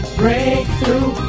breakthrough